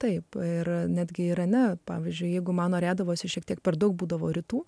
taip ir netgi irane pavyzdžiui jeigu man norėdavosi šiek tiek per daug būdavo rytų